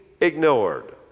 ignored